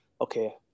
okay